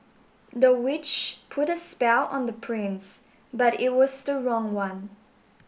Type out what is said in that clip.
the witch put a spell on the prince but it was the wrong one